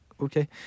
Okay